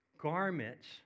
garments